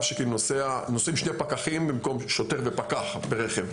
שנוסעים שני פקחים במקום שוטר ופקח ברכב.